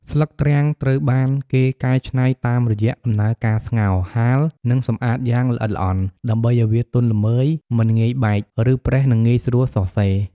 ស្លឹកទ្រាំងត្រូវបានគេកែច្នៃតាមរយៈដំណើរការស្ងោរ ហាល និងសម្អាតយ៉ាងល្អិតល្អន់ ដើម្បីឱ្យវាទន់ល្មើយ មិនងាយបែក ឬប្រេះ និងងាយស្រួលសរសេរ។